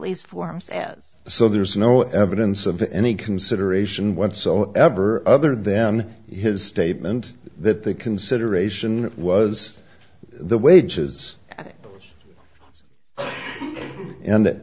release forms as so there's no evidence of any consideration whatsoever other than his statement that the consideration was the wages